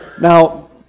Now